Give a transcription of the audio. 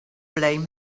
blame